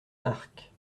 arques